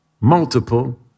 multiple